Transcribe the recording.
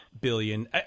billion